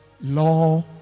law